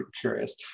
curious